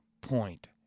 point